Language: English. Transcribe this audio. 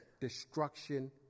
destruction